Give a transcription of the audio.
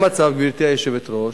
גברתי היושבת-ראש,